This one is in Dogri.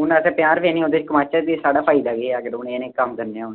हून अस पञां रपेऽ निं ओह्दे च कमाचै ते भी साढ़ा फायदा केह् ऐ अगर ओह् नेह् नेह् कम्म करने होन